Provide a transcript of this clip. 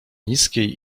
niskiej